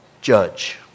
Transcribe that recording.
judge